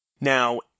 Now